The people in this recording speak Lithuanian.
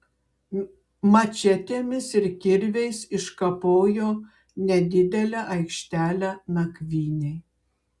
mačetėmis ir kirviais iškapojo nedidelę aikštelę nakvynei